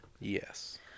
Yes